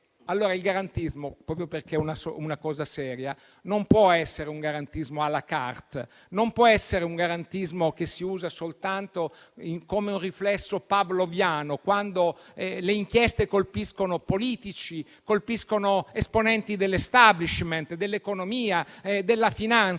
Il garantismo, dunque, proprio perché è una cosa seria, non può essere un garantismo *à la carte*; non può essere un garantismo che si usa soltanto come un riflesso pavloviano, quando le inchieste colpiscono politici o esponenti dell'*establishment*, dell'economia e della finanza.